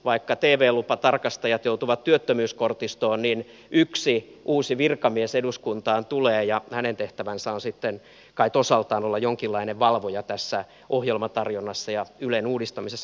vaikka tv lupatarkastajat joutuvat työttömyyskortistoon niin yksi uusi virkamies eduskuntaan tulee ja hänen tehtävänsä on sitten kait osaltaan olla jonkinlainen valvoja tässä ohjelmatarjonnassa ja ylen uudistamisessa